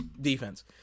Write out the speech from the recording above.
defense